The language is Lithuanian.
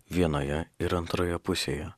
vienoje ir antroje pusėje